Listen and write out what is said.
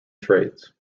trades